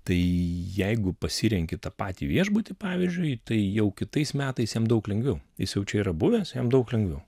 tai jeigu pasirenki tą patį viešbutį pavyzdžiui tai jau kitais metais jam daug lengviau jis jau čia yra buvęs jam daug lengviau